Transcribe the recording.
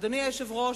אדוני היושב-ראש,